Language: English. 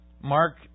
Mark